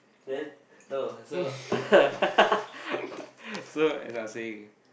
then no so so as I was saying